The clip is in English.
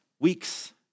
Weeks